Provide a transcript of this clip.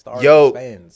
Yo